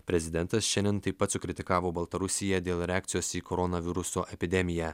prezidentas šiandien taip pat sukritikavo baltarusiją dėl reakcijos į koronaviruso epidemiją